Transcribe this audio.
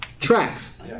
Tracks